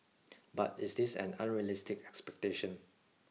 but is this an unrealistic expectation